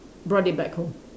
brought it back home